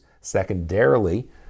secondarily